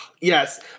Yes